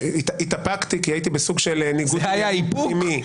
התאפקתי כי הייתי בסוג של ניגוד עניינים פנימי.